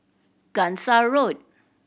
Gangsa Road